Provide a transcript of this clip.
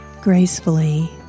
gracefully